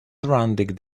surrounding